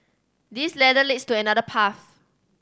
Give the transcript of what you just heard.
this ladder leads to another path